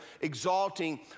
exalting